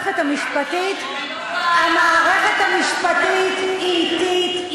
המערכת המשפטית היא אטית,